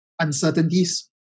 uncertainties